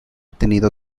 tenido